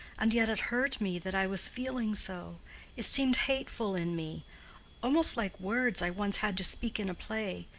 and yet it hurt me that i was feeling so it seemed hateful in me almost like words i once had to speak in a play,